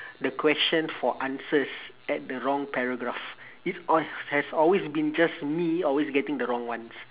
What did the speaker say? the question for answers at the wrong paragraph it's al~ has always been just me always getting the wrong ones